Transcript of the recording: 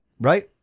Right